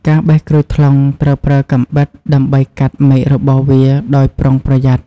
ការបេះក្រូចថ្លុងត្រូវប្រើកាំបិតដើម្បីកាត់មែករបស់វាដោយប្រុងប្រយ័ត្ន។